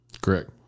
Correct